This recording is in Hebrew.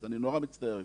אני נורא מצטער גברתי,